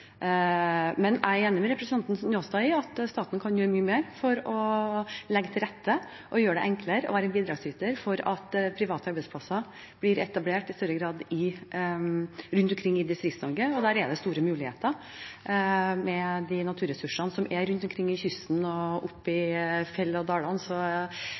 Men jeg er enig med representanten Njåstad i at staten kan gjøre mye mer for å legge til rette, gjøre ting enklere og være en bidragsyter til at private arbeidsplasser blir etablert i større grad rundt omkring i Distrikts-Norge. Og der er det store muligheter. Med de naturressursene som er rundt omkring, langs kysten og i fjell og